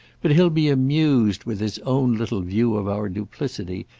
but he'll be amused with his own little view of our duplicity,